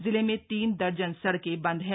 जिले में तीन दर्जन सड़कें बंद हैं